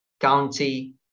County